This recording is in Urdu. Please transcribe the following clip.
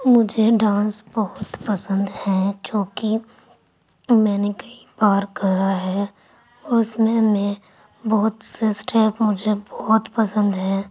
مجھے ڈانس بہت پسند ہیں چونکہ میں نے کئی بار کرا ہے اور اُس میں میں بہت سے اسٹپ مجھے بہت پسند ہیں